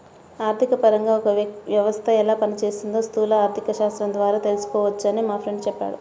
ఆర్థికపరంగా ఒక వ్యవస్థ ఎలా పనిచేస్తోందో స్థూల ఆర్థికశాస్త్రం ద్వారా తెలుసుకోవచ్చని మా ఫ్రెండు చెప్పాడు